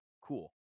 cool